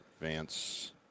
Vance